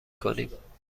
کنیم